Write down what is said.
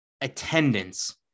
attendance